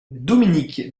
dominique